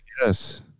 Yes